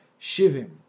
shivim